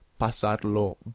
Pasarlo